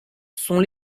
sont